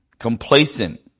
Complacent